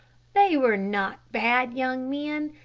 they were not bad young men.